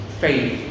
faith